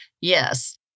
Yes